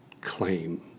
claim